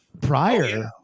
prior